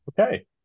Okay